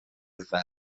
fel